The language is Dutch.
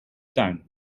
tuin